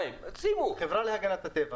קידמו אותה באמצעות החברה להגנת הטבע